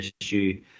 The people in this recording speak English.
issue